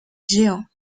géant